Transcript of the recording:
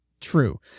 true